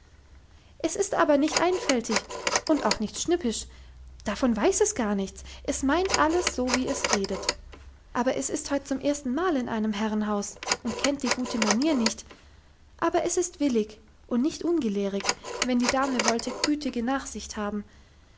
es ist aber nicht einfältig und auch nicht schnippisch davon weiß es gar nichts es meint alles so wie es redet aber es ist heut zum ersten mal in einem herrenhaus und kennt die gute manier nicht aber es ist willig und nicht ungelehrig wenn die dame wollte gütige nachsicht haben